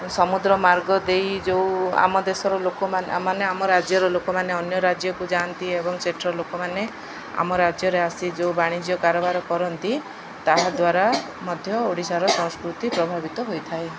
ସମୁଦ୍ର ମାର୍ଗ ଦେଇ ଯେଉଁ ଆମ ଦେଶର ଲୋକମାନେ ମାନେ ଆମ ରାଜ୍ୟର ଲୋକମାନେ ଅନ୍ୟ ରାଜ୍ୟକୁ ଯାଆନ୍ତି ଏବଂ ସେଠାର ଲୋକମାନେ ଆମ ରାଜ୍ୟରେ ଆସି ଯେଉଁ ବାଣିଜ୍ୟ କାରବାର କରନ୍ତି ତାହାଦ୍ୱାରା ମଧ୍ୟ ଓଡ଼ିଶାର ସଂସ୍କୃତି ପ୍ରଭାବିତ ହୋଇଥାଏ